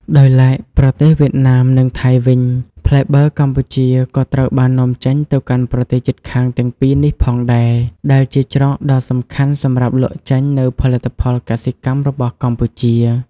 ដោយឡែក ប្រទេសវៀតណាម និងថៃវិញ ផ្លែបឺរកម្ពុជាក៏ត្រូវបាននាំចេញទៅកាន់ប្រទេសជិតខាងទាំងពីរនេះផងដែរ ដែលជាច្រកដ៏សំខាន់សម្រាប់លក់ចេញនូវផលិតផលកសិកម្មរបស់កម្ពុជា។